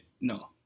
No